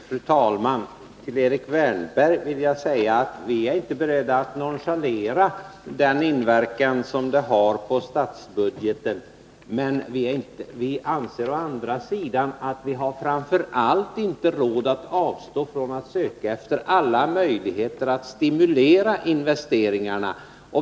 Fru talman! Vi nonchalerar inte den inverkan som utgiften har på statsbudgeten, Erik Wärnberg, men vi anser å andra sidan att vi framför allt inte har råd att avstå från att söka efter alla möjligheter att stimulera investeringarna.